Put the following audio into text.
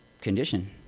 condition